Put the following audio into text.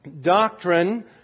doctrine